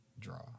draw